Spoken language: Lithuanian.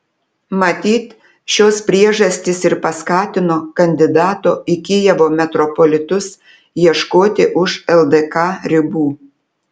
matyt šios priežastys ir paskatino kandidato į kijevo metropolitus ieškoti už ldk ribų